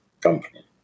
company